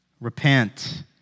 Repent